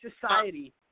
society